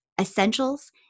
essentials